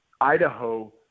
Idaho